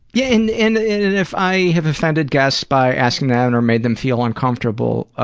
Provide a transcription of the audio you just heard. yeah, and and if i have offended guests by asking that and or made them feel uncomfortable,